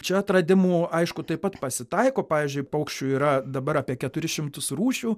čia atradimų aišku taip pat pasitaiko pavyzdžiui paukščių yra dabar apie keturis šimtus rūšių